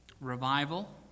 revival